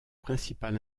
principal